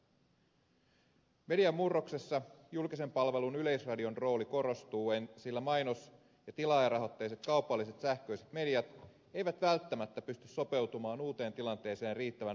median murroksessa julkisen palvelun yleisradion rooli korostuu sillä mainos ja tilaajarahoitteiset kaupalliset sähköiset mediat eivät välttämättä pysty sopeutumaan uuteen tilanteeseen riittävän nopeasti